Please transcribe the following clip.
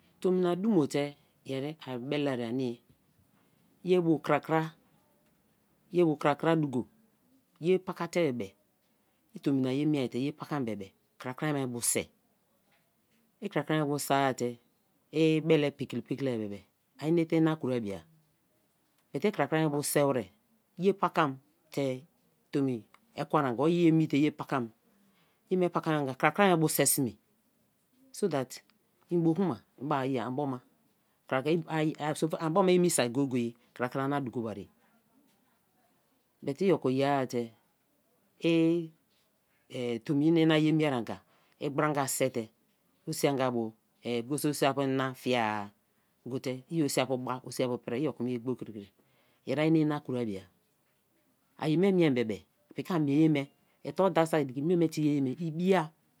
Tommna dumo te yeri ibelear ani ye bu krakra, yebu krakra duko, ye paka te bebe, i tomina ye te ye pa kate bebe, krakra me bu sei, i krakra me bu sei te i bele pikri pikri bebe ai nete ina kwua bia but i krakra me bu sai wer ye pakam te tomi ekwen anga, or i ye me te ye pakam yeme paka-anga krakra me bu sei se me so that en bo kuma èn bè ba yea an boma an boma emi saki go-go-e krakrama ani a dumo ko ma ri ye but i oko ye-a te i tomi ina ye mie anga i gbra-anga sei te osi anga bo because o siabu-ni na fie-a go te io-siabu ba o siapu pri; i okome ye gboi kri yeri ai ne ina kroa bia; iye me miem be be piki a mie ye me itor da saki mei me te i ye-e mie ibi-a